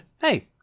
Hey